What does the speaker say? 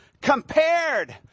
compared